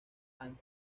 han